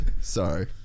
Sorry